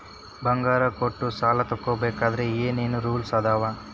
ಬಂಗಾರ ಕೊಟ್ಟ ಸಾಲ ತಗೋಬೇಕಾದ್ರೆ ಏನ್ ಏನ್ ರೂಲ್ಸ್ ಅದಾವು?